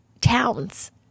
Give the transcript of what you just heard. towns